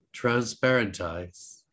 transparentize